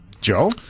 Joe